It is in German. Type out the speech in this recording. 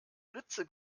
ritze